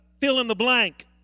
fill-in-the-blank